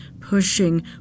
pushing